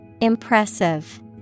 Impressive